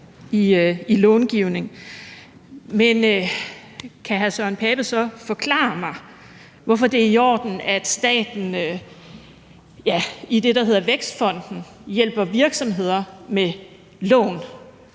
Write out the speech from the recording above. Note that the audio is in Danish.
i långivning. Men kan hr. Søren Pape Poulsen så forklare mig, hvorfor det er i orden, at staten via det, der hedder Vækstfonden, hjælper virksomheder med lån,